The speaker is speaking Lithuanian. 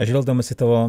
žvelgdamas į tavo